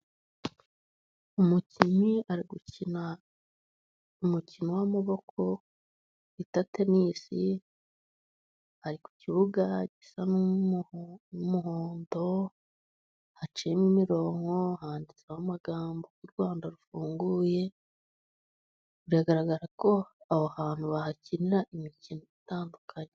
Umukinnyi ari gukina umukino w'amaboko bita tenisi, ari ku kibuga gisa n'umuhondo haciyemo imirongo, handitseho amagambo u Rwanda rufunguye, biragaragara ko aho hantu bahakinara imikino itandukanye.